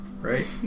right